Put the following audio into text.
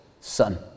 son